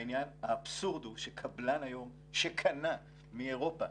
האבסורד הוא שקבלן היום שקנה מאירופה,